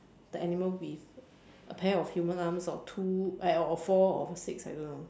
the animal with a pair of human arms or two eh or four or six I don't know